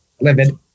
Livid